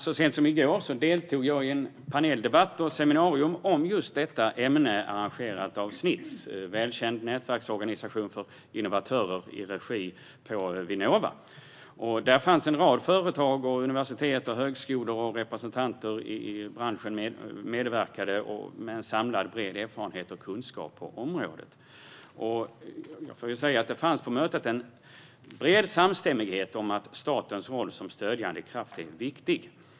Så sent som i går deltog jag i en paneldebatt och ett seminarium om detta ämne. Det hela arrangerades av Snitts, som är en välkänd nätverksorganisation för innovatörer, och det hölls hos Vinnova. En rad företag, universitet och högskolor liksom representanter för branschen medverkade. Där fanns en samlad bred erfarenhet och kunskap på området. På mötet fanns en bred samstämmighet om att statens roll som stödjande kraft är viktig.